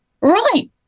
Right